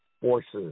forces